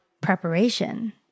preparation